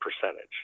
percentage